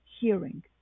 hearing